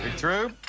through?